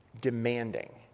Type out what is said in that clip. demanding